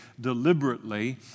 deliberately